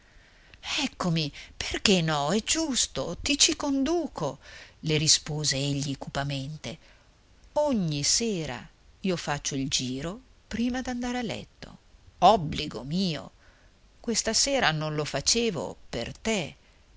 eccomi perché no è giusto ti ci conduco le rispose egli cupamente ogni sera io faccio il giro prima d'andare a letto obbligo mio questa sera non lo facevo per te